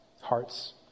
hearts